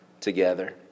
together